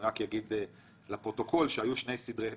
אני רק אגיד לפרוטוקול שהיו שני הסדרי חוב,